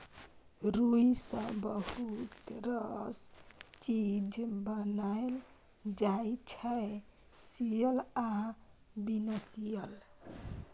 रुइया सँ बहुत रास चीज बनाएल जाइ छै सियल आ बिना सीयल